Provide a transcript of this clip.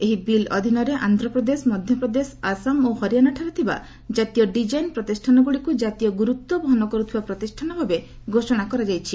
ଏହି ବିଲ୍ ଅଧୀନରେ ଆନ୍ଧ୍ରପ୍ରଦେଶ ମଧ୍ୟପ୍ରଦେଶ ଆସାମ ଓ ହରିୟାଣାଠାରେ ଥିବା ଜାତୀୟ ଡିକାଇନ୍ ପ୍ରତିଷ୍ଠାନଗୁଡିକୁ ଜାତୀୟ ଗୁରୁତ୍ୱ ବହନ କରୁଥିବା ପ୍ରତିଷ୍ଠାନଭାବେ ଘୋଷଣା କରାଯାଇଛି